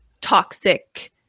toxic